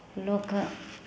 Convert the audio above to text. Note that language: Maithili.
लोक